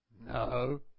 No